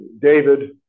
David